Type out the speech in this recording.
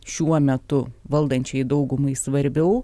šiuo metu valdančiajai daugumai svarbiau